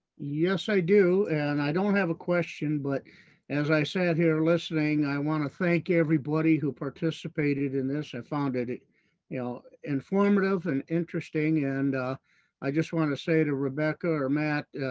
yes, i do, and and i don't have a question, but as i sat here listening, i want to thank everybody who participated in this. i found it it you know informative and interesting. and i just want to say to rebecca and or matt,